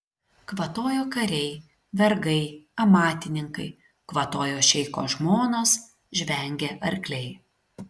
kvatojo kariai vergai amatininkai kvatojo šeicho žmonos žvengė arkliai